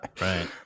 Right